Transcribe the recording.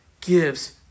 gives